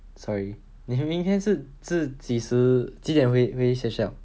sorry 你明天是是几时几点回回学校